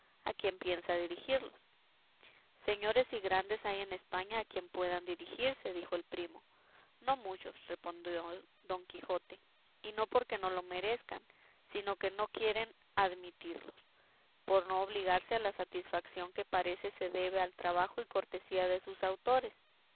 a quién piensa dirigirlos señores y grandes hay en españa a quien puedan dirigirse dijo el primo no muchos respondió don quijote y no porque no lo merezcan sino que no quieren admitirlos por no obligarse a la satisfación que parece se debe al trabajo y cortesía de sus autores